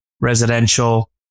residential